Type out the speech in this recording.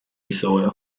soil